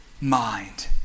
mind